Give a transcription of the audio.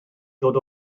ddod